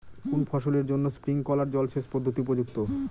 কোন ফসলের জন্য স্প্রিংকলার জলসেচ পদ্ধতি উপযুক্ত?